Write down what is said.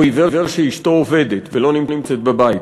או עיוור שאשתו עובדת ולא נמצאת בבית,